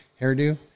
hairdo